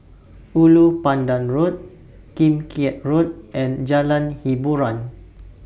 Ulu Pandan Road Kim Keat Road and Jalan Hiboran